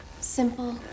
simple